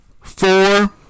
four